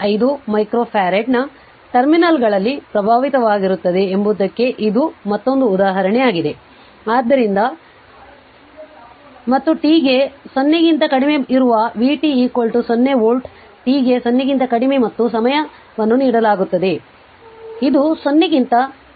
5 micro ಫರಾಡ್ನ ಟರ್ಮಿನಲ್ಗಳಲ್ಲಿ ಪ್ರಭಾವಿತವಾಗಿರುತ್ತದೆ ಎಂಬುದಕ್ಕೆ ಇದು ಮತ್ತೊಂದು ಉದಾಹರಣೆಯಾಗಿದೆ ಆದ್ದರಿಂದ ಮತ್ತು t ಗೆ 0 ಕ್ಕಿಂತ ಕಡಿಮೆ ಇರುವ vt 0 ವೋಲ್ಟ್ t ಗೆ 0 ಕ್ಕಿಂತ ಕಡಿಮೆ ಮತ್ತು ಸಮಯವನ್ನು ನೀಡಲಾಗುತ್ತದೆ ಇದು 0 ಗಿಂತ ಕಡಿಮೆಯಿರುತ್ತದೆ